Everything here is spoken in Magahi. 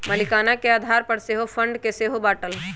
मलीकाना के आधार पर सेहो फंड के सेहो बाटल